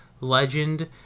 legend